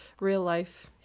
real-life